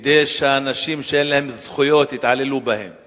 כדי שאנשים שאין להם זכויות יתעללו בהם